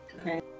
Okay